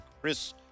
Chris